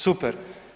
Super.